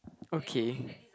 okay